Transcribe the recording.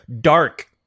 Dark